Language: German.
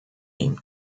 ihm